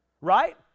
Right